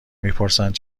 میپرسند